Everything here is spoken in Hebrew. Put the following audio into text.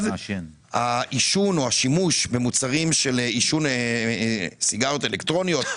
העישון או השימוש במוצרים של עישון סיגריות אלקטרוניות,